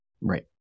Right